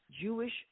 Jewish